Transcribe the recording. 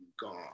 gone